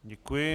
Děkuji.